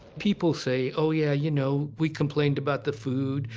people say, oh, yeah, you know, we complained about the food,